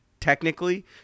technically